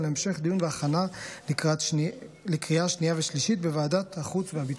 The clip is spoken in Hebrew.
להמשך דיון והכנה לקריאה שנייה ושלישית בוועדת החוץ והביטחון.